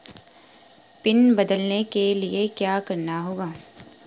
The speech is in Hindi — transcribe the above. पिन बदलने के लिए क्या करना होगा?